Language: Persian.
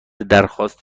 درخواست